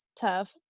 tough